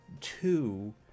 two